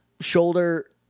shoulder